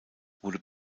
wurde